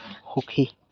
সুখী